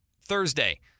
Thursday